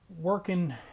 working